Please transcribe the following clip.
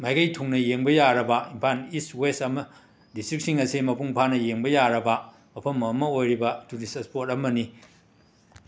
ꯃꯥꯏꯀꯩ ꯊꯨꯡꯅ ꯌꯦꯡꯕ ꯌꯥꯔꯕ ꯏꯝꯄꯥꯟ ꯏꯁ ꯋꯦꯁ ꯑꯃ ꯗꯤꯁꯇ꯭ꯔꯤꯛꯁꯤꯡ ꯑꯁꯦ ꯃꯄꯨꯡꯐꯥꯅ ꯌꯦꯡꯕ ꯌꯥꯔꯕ ꯃꯐꯝ ꯑꯃ ꯑꯣꯏꯔꯤꯕ ꯇꯨꯔꯤꯁ ꯑꯁꯄꯣꯠ ꯑꯃꯅꯤ